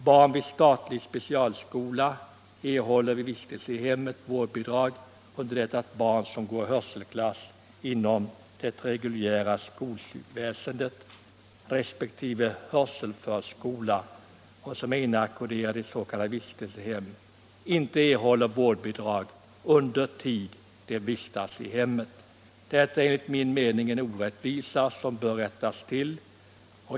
Barn vid statlig specialskola erhåller vid vistelse i hemmet vårdbidrag, under det att barn som går i hörselklass inom det reguljära skolväsendet resp. hörselförskola och som är inackorderade i s.k. vistelsehem inte erhåller vårdbidrag under tid de vistas i hemmet. Detta är enligt min mening en orättvisa som bör rättas till.